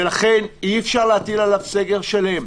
ולכן אי-אפשר להטיל עליה סגר שלם.